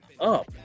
up